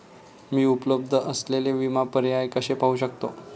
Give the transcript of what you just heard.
मी उपलब्ध असलेले विमा पर्याय कसे पाहू शकते?